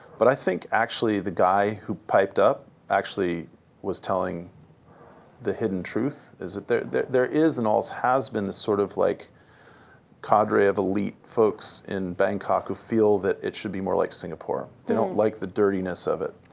but i think, actually, the guy who piped up actually was telling the hidden truth, is that there there is and always has been this sort of like cadre of elite folks in bangkok who feel that it should be more like singapore. they don't like the dirtiness of it.